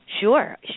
Sure